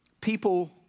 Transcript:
people